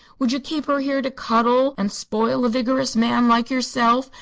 would you keep her here to cuddle and spoil a vigorous man like yourself,